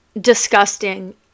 disgusting